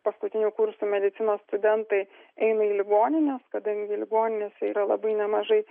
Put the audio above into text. paskutinių kursų medicinos studentai eina į ligonines kadangi ligoninėse yra labai nemažai